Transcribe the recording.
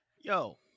yo